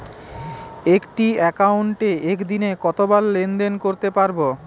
একটি একাউন্টে একদিনে কতবার লেনদেন করতে পারব?